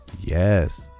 yes